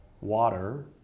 water